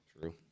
true